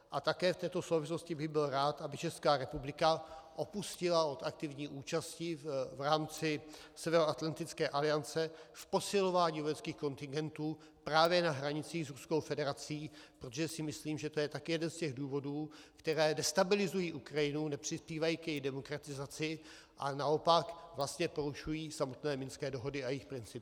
A také v této souvislosti bych byl rád, aby Česká republika upustila od aktivní účasti v rámci Severoatlantické aliance v posilování vojenských kontingentů právě na hranicích s Ruskou federací, protože si myslím, že to je také jeden z těch důvodů, které destabilizují Ukrajinu, nepřispívají k její demokratizaci, ale naopak vlastně porušují samotné minské dohody a jejich principy.